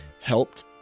helped